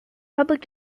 public